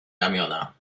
ramiona